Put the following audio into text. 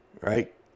Right